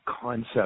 concept